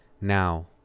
now